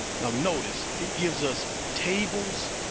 now notice it gives us tables,